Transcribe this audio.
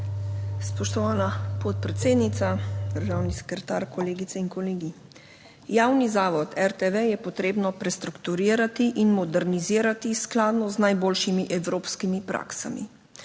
Spoštovana podpredsednica, državni sekretar, kolegice in kolegi. Javni zavod RTV je potrebno prestrukturirati in modernizirati skladno z najboljšimi evropskimi praksami.